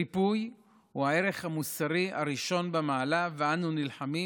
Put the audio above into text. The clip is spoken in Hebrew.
ריפוי הוא הערך המוסרי הראשון במעלה, ואנו נלחמים